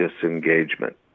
disengagement